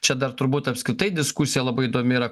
čia dar turbūt apskritai diskusija labai įdomi yra